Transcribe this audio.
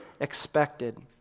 expected